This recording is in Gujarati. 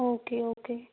okay okay